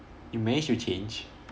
you managed to change